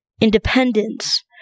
independence